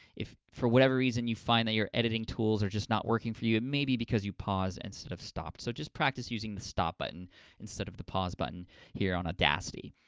if, for whatever reason, you find that your editing tools are just not working for you, it may be because you paused instead of stopped. so just practice using the stop button instead of the pause button here on audacity.